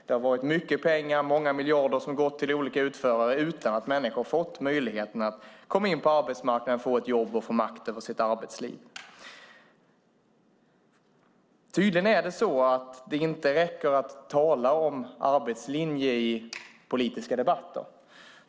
Det har varit mycket pengar, många miljarder, som har gått till olika utförare utan att människor har fått möjligheten att komma in på arbetsmarknaden, få ett jobb och få makt över sitt arbetsliv. Tydligen räcker det inte att tala om arbetslinje i politiska debatter.